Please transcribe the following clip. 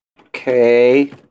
Okay